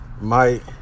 Mike